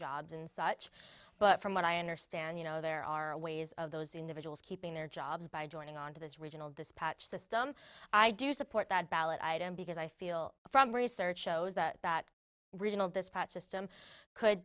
jobs and such but from what i understand you know there are ways of those individuals keeping their jobs by joining on to this regional dispatch system i do support that ballot item because i feel from research shows that that regional this patch just i'm could